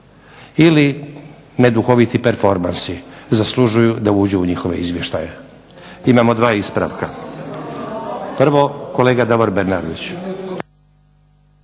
ili neduhoviti performansi zaslužuju da uđu u njihove izvještaje. Imamo dva ispravka. Prvo kolega Davor Bernardić.